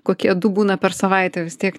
kokie du būna per savaitę vis tiek